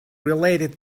related